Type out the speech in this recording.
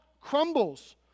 crumbles